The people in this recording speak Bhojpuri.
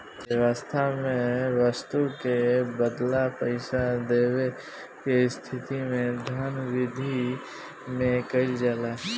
बेवस्था में बस्तु के बदला पईसा देवे के स्थिति में धन बिधि में कइल जाला